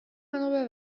منو